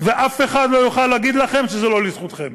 ואף אחד לא יוכל להגיד לכם שזה לא לזכותכם.